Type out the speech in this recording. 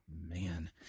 Man